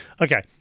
Okay